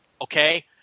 okay